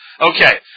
Okay